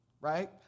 right